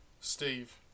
Steve